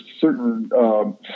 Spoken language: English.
certain